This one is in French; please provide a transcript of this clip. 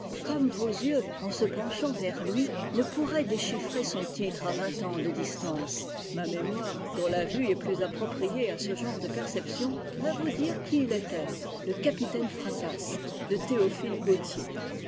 comme vos yeux en se penchant vers lui ne pourraient déchiffrer son titre à vingt ans de distance ma mémoire dont la vue est plus appropriée à ce genre de perceptions va vous dire quel il était le capitaine fracasse de théophile gautier